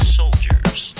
soldiers